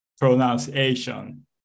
pronunciation